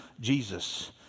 Jesus